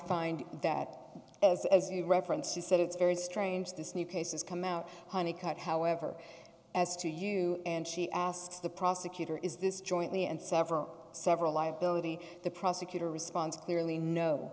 find that as as you reference she said it's very strange this new cases come out honey cut however as to you and she asks the prosecutor is this jointly and several several liability the prosecutor responds clearly kno